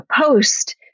post-